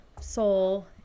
Soul